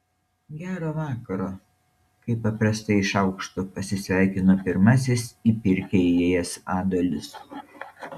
gero vakaro kaip paprastai iš aukšto pasisveikino pirmasis į pirkią įėjęs adolis